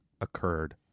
occurred